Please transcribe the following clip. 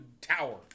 tower